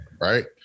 Right